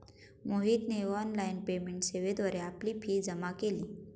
मोहितने online payment सेवेद्वारे आपली फी जमा केली